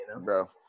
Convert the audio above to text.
Bro